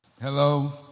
Hello